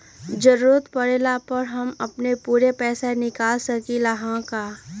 जरूरत परला पर हम अपन पूरा पैसा निकाल सकली ह का?